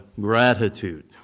gratitude